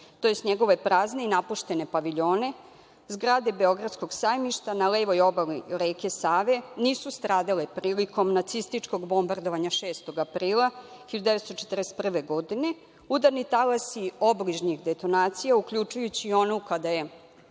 tj. njegove prazne i napuštene paviljone. Zgrade Beogradskog sajmišta na levoj obali reke Save nisu stradale prilikom nacističkog bombardovanja 6. aprila 1941. godine. Udarni talasi obližnjih detonacija, uključujući i onu kada je